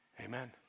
Amen